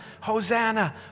Hosanna